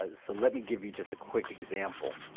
ah so let me give you just a quick example.